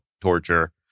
torture